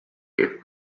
gave